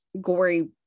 gory